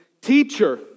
Teacher